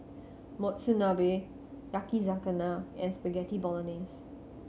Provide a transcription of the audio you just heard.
Monsunabe Yakizakana and Spaghetti Bolognese